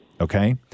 okay